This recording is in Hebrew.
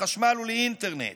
לחשמל ולאינטרנט,